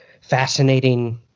fascinating